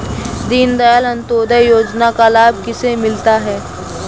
दीनदयाल अंत्योदय योजना का लाभ किसे मिलता है?